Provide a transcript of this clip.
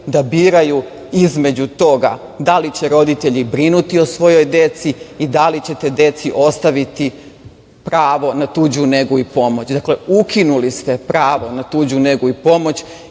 da biraju između toga da li će roditelji brinuti o svojoj deci i da li ćete deci ostaviti pravo na tuđu negu i pomoć. Ukinuli ste pravo na tuđu negu i pomoć